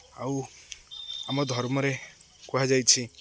ଆଉ ଆମ ଧର୍ମରେ କୁହାଯାଇଛି